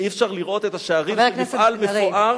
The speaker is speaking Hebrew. אי-אפשר לראות את השערים של מפעל מפואר,